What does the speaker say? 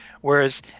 whereas